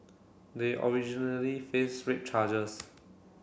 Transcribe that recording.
they originally faced rape charges